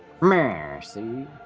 Mercy